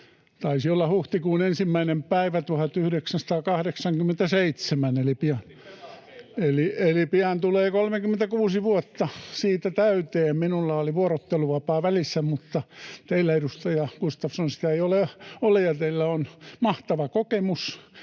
[Jukka Gustafsson: Muisti pelaa teillä!] eli pian tulee 36 vuotta siitä täyteen. Minulla oli vuorotteluvapaa välissä, mutta teillä, edustaja Gustafsson, sitä ei ole, ja teillä on mahtava kokemus,